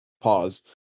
Pause